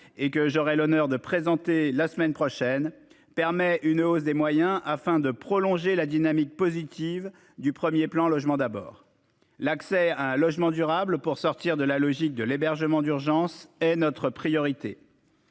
et que j'aurai l'honneur de présenter la semaine prochaine permet une hausse des moyens afin de prolonger la dynamique positive du premier plan logement d'abord, l'accès à un logement durable. Pour sortir de la logique de l'hébergement d'urgence et notre priorité.